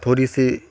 تھوڑی سی